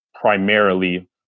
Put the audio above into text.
primarily